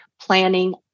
planning